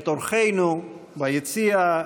את אורחינו ביציע,